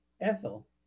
Ethel